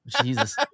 jesus